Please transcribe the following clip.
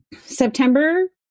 september